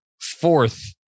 fourth